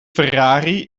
ferrari